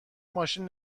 ماشین